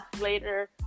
later